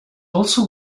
also